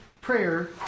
prayer